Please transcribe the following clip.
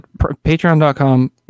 Patreon.com